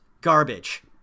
garbage